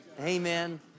Amen